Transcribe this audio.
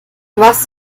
was